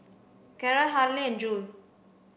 Carra Harlie and Jule